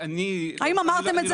האם אמרתם את זה?